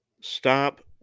Stop